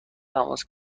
تماس